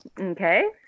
Okay